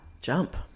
jump